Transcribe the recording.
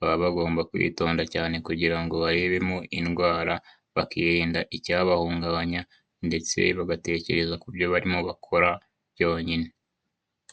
baba bagomba kwitonda cyane kugirango barebemo indwara bakirinda icyabahungabanya, ndetse bagatekereza kubyo barimo bakora byonyine.